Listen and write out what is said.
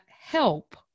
help